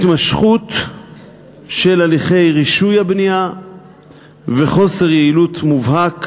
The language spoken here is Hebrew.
התמשכות הליכי רישוי הבנייה וחוסר יעילות מובהק